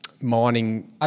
mining